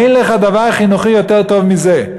אין לך דבר חינוכי יותר טוב מזה,